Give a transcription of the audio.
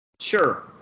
Sure